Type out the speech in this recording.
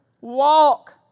Walk